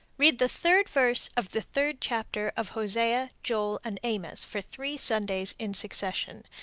read the third verse of the third chapter of hosea, joel, and amos for three sundays in succession,